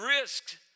risks